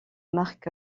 marque